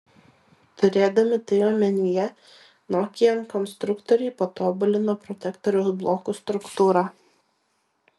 turėdami tai omenyje nokian konstruktoriai patobulino protektoriaus blokų struktūrą